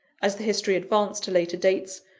as the history advanced to later dates,